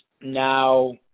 now